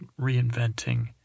reinventing